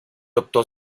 optó